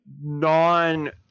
non-